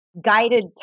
guided